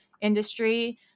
industry